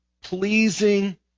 pleasing